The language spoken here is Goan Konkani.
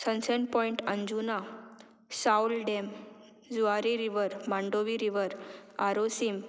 सनसेन पॉयंट अंजुना साउल dam Zuari river Mandovi river Arossim